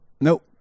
Nope